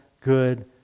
good